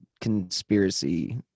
conspiracy